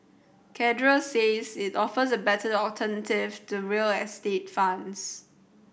cadre says it offers a better alternative to real estate funds